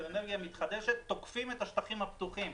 אנרגיה מתחדשת תוקפים את השטחים הפתוחים.